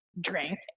drank